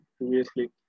previously